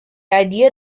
idea